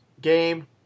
game